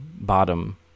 bottom